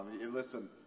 listen